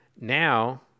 now